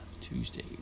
Tuesday